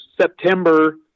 September